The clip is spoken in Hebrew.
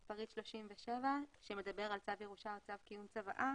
פריט 37 שמדבר על צו ירושה ועל צו קיום צוואה.